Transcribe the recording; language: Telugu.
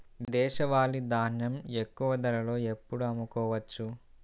దేశవాలి ధాన్యం ఎక్కువ ధరలో ఎప్పుడు అమ్ముకోవచ్చు?